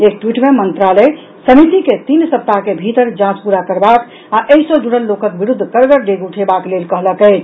एक ट्वीट मे मंत्रालय समिति के तीन सप्ताह के भीतर जांच पूरा करबाक आ एहि सॅ जुड़ल लोकक विरूद्ध कड़गर डेग उठेबाक लेल कहलक अछि